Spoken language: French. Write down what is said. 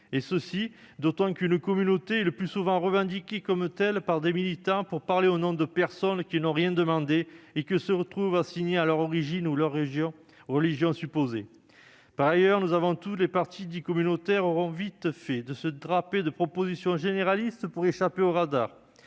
et longs. D'autant qu'une communauté est le plus souvent revendiquée comme telle par des militants pour parler au nom de personnes qui n'ont rien demandé, et qui se retrouvent assignées à leur origine ou à leur religion supposée. Par ailleurs, tous les partis dits « communautaires » auront vite fait de « se draper » de propositions généralistes pour échapper au radar.